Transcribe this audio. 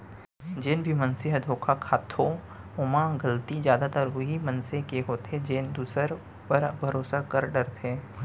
जेन भी मनसे ह धोखा खाथो ओमा गलती जादातर उहीं मनसे के होथे जेन दूसर ऊपर भरोसा कर डरथे